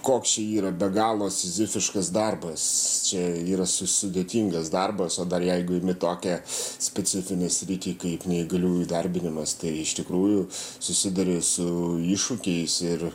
koks čia yra be galo sizifiškas darbas čia yra su sudėtingas darbas o dar jeigu imi tokią specifinę sritį kaip neįgaliųjų įdarbinimas tai iš tikrųjų susiduri su iššūkiais ir